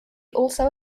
also